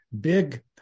big